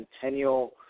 Centennial